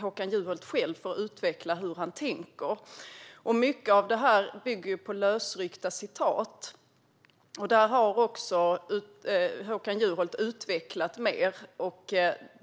Håkan Juholt själv får utveckla hur han tänker. Mycket av detta bygger på lösryckta citat, och Håkan Juholt har utvecklat det mer.